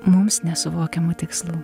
mums nesuvokiamų tikslų